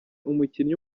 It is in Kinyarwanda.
umukinnyi